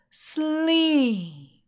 Sleep